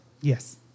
Yes